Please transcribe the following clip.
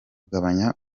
kugabanya